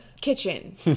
kitchen